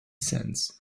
sense